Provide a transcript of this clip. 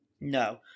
no